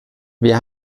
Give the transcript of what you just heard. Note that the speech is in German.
wir